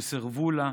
שסירבו לה,